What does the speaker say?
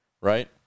Right